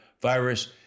virus